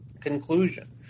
conclusion